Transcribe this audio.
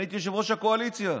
אני הייתי יושב-ראש הקואליציה.